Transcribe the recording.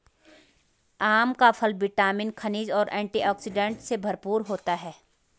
आम का फल विटामिन, खनिज और एंटीऑक्सीडेंट से भरपूर होता है